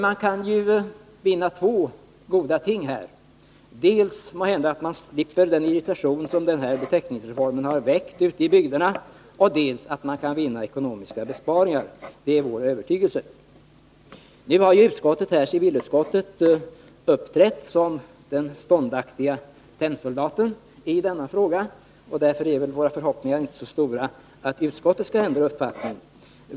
Man kan därmed vinna två ting: dels kan man måhända slippa den irritation som den här beteckningsreformen väckt ute i bygderna, dels kan man göra ekonomiska besparingar. Det är vår övertygelse. Nu har civilutskottet i denna fråga uppträtt som den ståndaktige tennsoldaten. Därför har vi inte så stora förhoppningar att utskottet skall ändra uppfattning.